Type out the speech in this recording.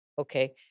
Okay